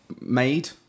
made